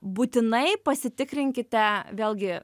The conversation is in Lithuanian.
būtinai pasitikrinkite vėlgi